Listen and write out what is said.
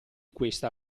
questa